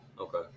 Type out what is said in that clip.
okay